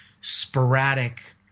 sporadic